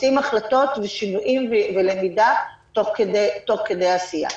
עושים החלטות ושינויים ולמידה תוך כדי עשייה.